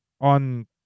on